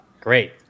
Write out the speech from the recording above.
great